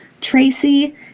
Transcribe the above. Tracy